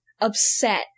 upset